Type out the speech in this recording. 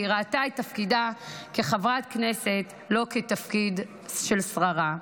והיא ראתה את תפקידה כחברת כנסת לא כתפקיד של שררה,